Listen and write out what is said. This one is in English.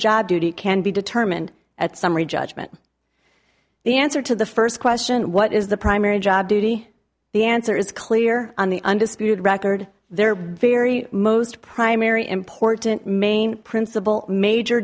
job duty can be determined at summary judgment the answer to the first question what is the primary job duty the answer is clear on the undisputed record their very most primary important main principal major